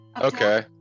okay